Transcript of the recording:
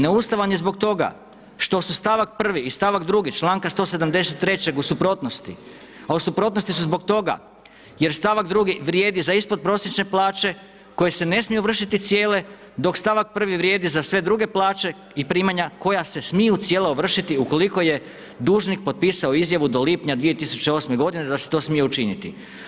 Neustavan je zbog toga što se stavak 1. i stavak 2. članka 173. u suprotnosti, a u suprotnosti su zbog toga jer stavak 2. vrijedi za ispod prosječne plaće koje se ne smiju ovršiti cijele dok stavak 1. vrijedi za sve druge plaće i primanja koja se smiju cijela ovršiti ukoliko je dužnik potpisao izjavu do lipnja 2008. godine da se to smije učiniti.